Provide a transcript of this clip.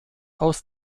aus